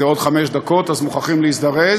זה עוד חמש דקות אז מוכרחים להזדרז,